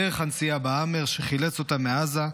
דרך הנסיעה בהאמר שחילץ אותם מעזה,